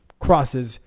crosses